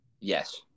Yes